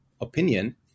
opinion